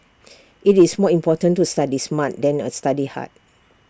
IT is more important to study smart than A study hard